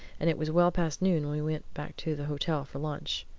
and it was well past noon when we went back to the hotel for lunch.